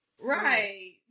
Right